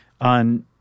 on